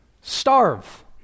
Starve